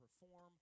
perform